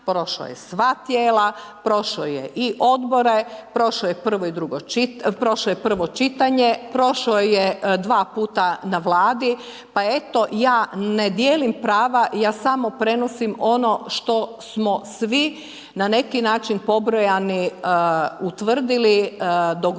prošao je sva tijela, prošao je i Odbore, prošao je prvo čitanje, prošlo je dva puta na Vladi, pa eto, ja ne dijelim prava, ja samo prenosim ono što smo svi na neki način pobrojani utvrdili, dogovorili